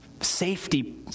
safety